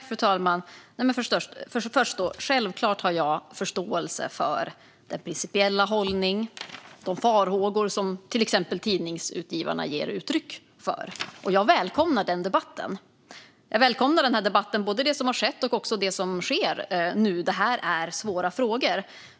Fru talman! Först och främst har jag självklart förståelse för den principiella hållning och de farhågor som till exempel Tidningsutgivarna ger uttryck för. Jag välkomnar den debatten, både den som har skett och den som förs nu. Det här är svåra frågor.